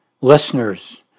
listeners